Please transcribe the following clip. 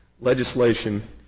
legislation